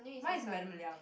mine is Madam Liang